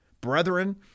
Brethren